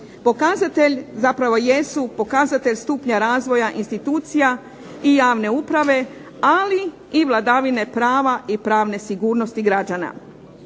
Pokazatelj zapravo jesu pokazatelj stupnja razvoja institucija i javne uprave, ali i vladavine prava i pravne sigurnosti građana.